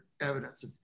evidence